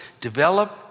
develop